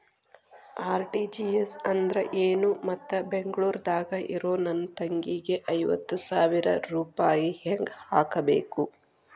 RTGS ಅಂದ್ರ ಏನು ಮತ್ತ ಬೆಂಗಳೂರದಾಗ್ ಇರೋ ನನ್ನ ತಂಗಿಗೆ ಐವತ್ತು ಸಾವಿರ ರೂಪಾಯಿ ಹೆಂಗ್ ಹಾಕಬೇಕು?